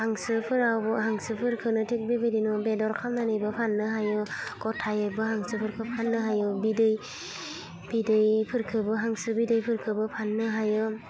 हांसोफोरावबो हांसोफोरखौनो थिग बेबायदिनो बेदर खालामनानैबो फाननो हायो ग'थायैबो हांसोफोरखौ फाननो हायो बिदै बिदैफोरखौबो हांसो बिदैफोरखौबो फाननो हायो